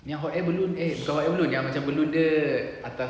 yang hot air balloon eh bukan hot air balloon macam balloon dia atas